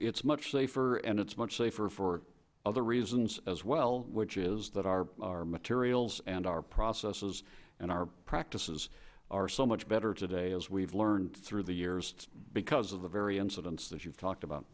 it's much safer and it's much safer for other reasons as well which is that our materials and our processes and our practices are so much better today as we've learned through the years because of the very incidents that you've talked about